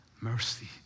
mercy